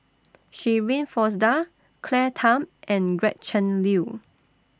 Shirin Fozdar Claire Tham and Gretchen Liu